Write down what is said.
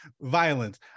violence